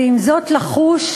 ועם זאת לחוש: